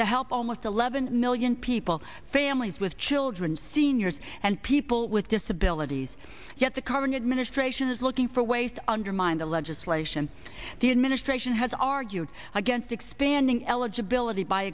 to help almost eleven million people families with children seniors and people with disabilities yet the current administration is looking for ways to undermine the legislation the administration has argued against expanding eligibility by